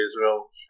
Israel